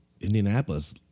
Indianapolis